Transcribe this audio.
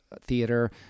Theater